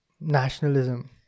nationalism